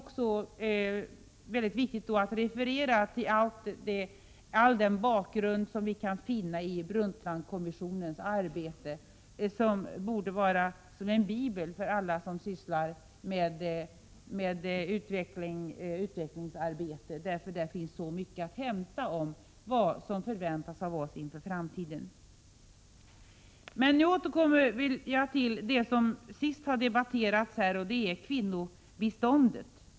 Jag vill också referera till allt det bakgrundsmaterial som vi kan finna i Brundtlandkommissionens arbete. Den borde vara som en bibel för alla som sysslar med utvecklingsarbete. Där finns mycket att hämta om vad som kan förväntas av oss i framtiden. Jag skall återkomma till det som senast har debatterats, nämligen kvinnobiståndet.